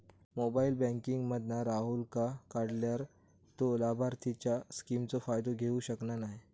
mobile banking मधना राहूलका काढल्यार तो लाभार्थींच्या स्किमचो फायदो घेऊ शकना नाय